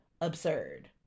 absurd